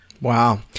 Wow